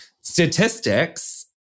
Statistics